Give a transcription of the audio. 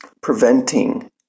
preventing